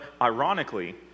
ironically